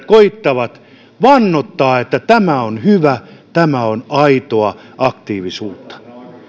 koettavat vannottaa että tämä on hyvä tämä on aitoa aktiivisuutta